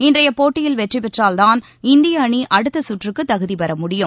இன்றையப் போட்டியில் வெற்றிபெற்றால் தாள் இந்திய அணி அடுத்த சுற்றுக்குத் தகுதி பெற முடியும்